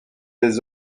des